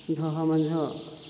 धोअऽ माँजऽ